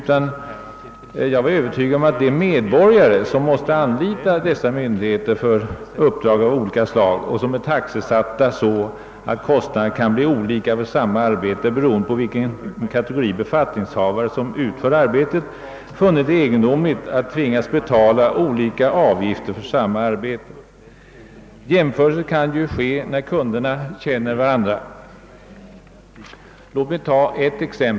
Jag var i stället övertygad om att de medborgare som måste anlita dessa myndigheter för uppdrag av olika slag, som är taxesatta så att kostnaden kan bli olika för samma arbete beroende på vilken kategori befattningshavare som utför arbetet, finner det egendomligt att behöva betala olika avgifter för samma arbete. När kunderna känner varandra kan de ju göra jämförelser i det fallet.